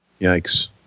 Yikes